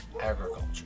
agriculture